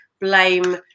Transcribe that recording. blame